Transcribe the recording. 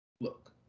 Look